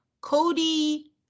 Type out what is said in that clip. Cody